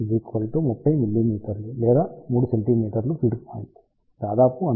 feed point దాదాపు అంచు వద్ద ఉంది ఇది కేంద్రం నుండి 14 మి